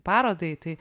parodai tai